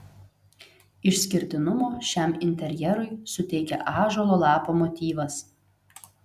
išskirtinumo šiam interjerui suteikia ąžuolo lapo motyvas